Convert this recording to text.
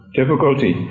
difficulty